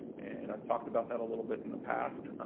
and i've talked about that a little bit in the past.